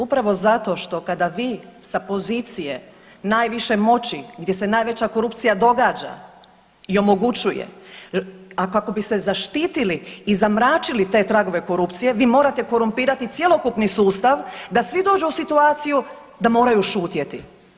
Upravo zato što kada vi sa pozicije najviše moći gdje se najveća korupcija događa i omogućuje a kako biste zaštitili i zamračili te tragove korupcije vi morate korumpirati cjelokupni sustav da svi dođu u situaciju da moraju šutjeti.